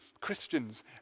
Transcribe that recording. Christians